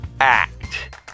act